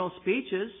speeches